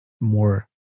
more